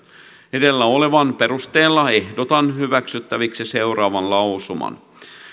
edellä olevan perusteella ehdotan hyväksyttäväksi seuraavan lausuman